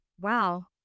Wow